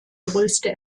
größte